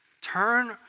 Turn